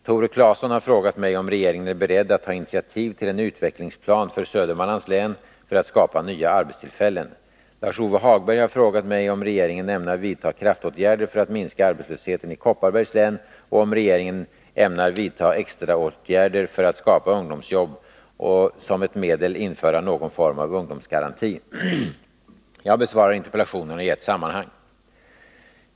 Tore Claeson har frågat mig om regeringen är beredd att ta initiativ till en utvecklingsplan för Södermanlands län för att skapa nya arbetstillfällen. Lars-Ove Hagberg har frågat mig om regeringen ämnar vidta kraftåtgärder för att minska arbetslösheten i Kopparbergs län och om regeringen ämnar vidta extraåtgärder för att skapa ungdomsjobb och som ett medel införa någon form av ungdomsgaranti. Jag besvarar interpellationerna i ett sammanhang.